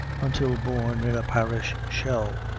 until borne, in a parish shell,